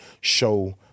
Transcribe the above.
show